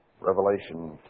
Revelation